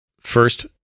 First